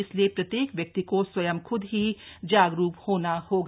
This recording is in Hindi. इसलिए प्रत्येक व्यक्ति को स्वंख्द ही जागरूक होना होगा